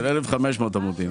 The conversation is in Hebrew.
של 1,500 עמודים.